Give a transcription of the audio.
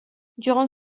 durant